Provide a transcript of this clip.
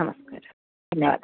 नमस्कारः धन्यवादः